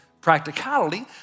practicality